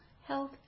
health